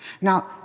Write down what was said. Now